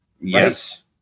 Yes